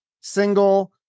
single